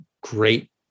great